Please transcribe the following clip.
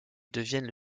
deviennent